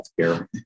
healthcare